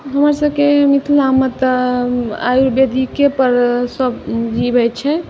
हमरसबके मिथिलामे तऽ आयुर्वेदिकेपर सब जिवै छै